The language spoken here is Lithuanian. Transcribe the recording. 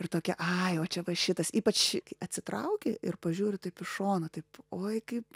ir tokia ai o čia va šitas ypač kai atsitrauki ir pažiūri taip iš šono taip oi kaip